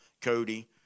Cody